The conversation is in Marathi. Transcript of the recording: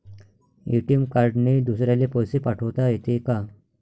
ए.टी.एम कार्डने दुसऱ्याले पैसे पाठोता येते का?